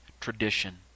tradition